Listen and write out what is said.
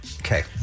Okay